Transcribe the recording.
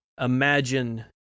imagine